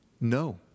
No